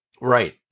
right